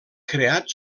creat